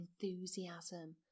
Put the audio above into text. enthusiasm